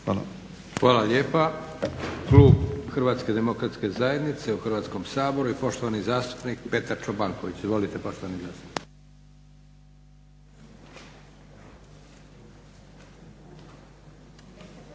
Hvala lijepa. Klub Hrvatske demokratske zajednice u Hrvatskom saboru i poštovani zastupnik Petar Čobanković. Izvolite poštovani